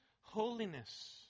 holiness